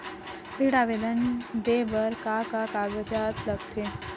ऋण आवेदन दे बर का का कागजात ह लगथे?